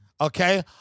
okay